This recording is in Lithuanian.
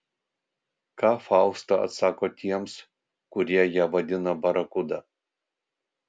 ką fausta atsako tiems kurie ją vadina barakuda